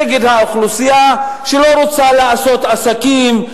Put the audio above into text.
נגד האוכלוסייה שלא רוצה לעשות עסקים,